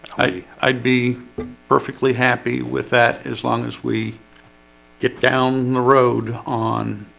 hey, i'd be perfectly happy with that as long as we get down the road on